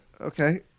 Okay